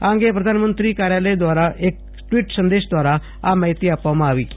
આ અંગે પ્રધાનમંત્રી કાર્યાલય દ્વારા એક ટ્વીટ સંદેશો દ્વારા આ માહિતી આપવામાં આવી છે